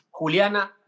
Juliana